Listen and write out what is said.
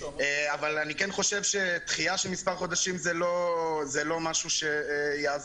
אני כן חושב שדחייה של מספר חודשים זה לא משהו שיעזור.